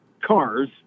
cars